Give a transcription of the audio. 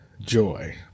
joy